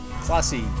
classy